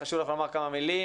חשוב לך לומר כמה מילים.